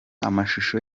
amashusho